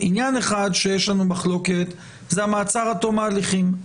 עניין אחד שיש לנו מחלוקת זה המעצר עד תום ההליכים.